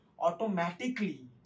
automatically